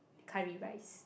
curry rice